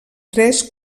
tres